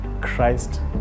Christ